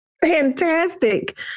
fantastic